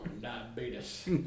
diabetes